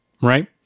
right